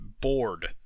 bored